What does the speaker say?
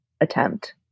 attempt